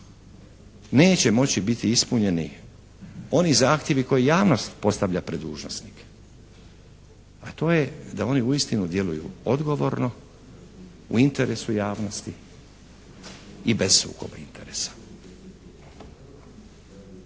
neće moći biti ispunjeni oni zahtjevi koje javnost postavlja pred dužnosnike, a to je da oni uistinu djeluju odgovorno, u interesu javnosti i bez sukoba interesa.